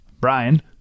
Brian